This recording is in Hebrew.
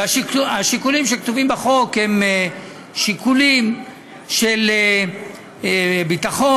והשיקולים שכתובים בחוק הם שיקולים של ביטחון,